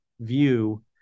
view